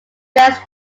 dress